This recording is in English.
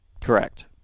Correct